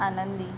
आनंदी